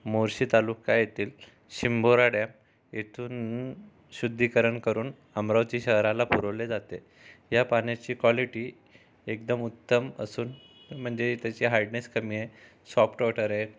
मुळशी तालुका येथील शिंबोरा डॅम येथून शुद्धीकरण करून अमरावती शहराला पुरवले जाते या पाण्याची क्वालिटी एकदम उत्तम असून म्हणजे त्याची हार्डनेस कमी हाय सॉफ्ट वॉटर हाय